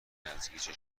نزدیکی